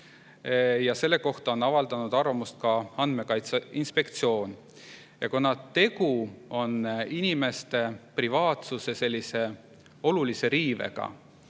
Selle kohta on avaldanud arvamust ka Andmekaitse Inspektsioon. Kuna tegu on inimeste privaatsuse olulise riivega